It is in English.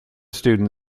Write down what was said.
student